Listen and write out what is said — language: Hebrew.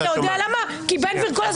מה שאת שומעת.